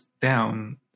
down